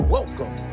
Welcome